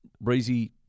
Breezy